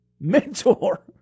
mentor